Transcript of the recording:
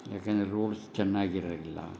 ಯಾಕೆಂದರೆ ರೋಡ್ಸ್ ಚೆನ್ನಾಗಿರದಿಲ್ಲ